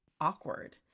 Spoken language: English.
awkward